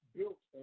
built